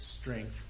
strength